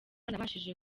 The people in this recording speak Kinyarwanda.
nabashije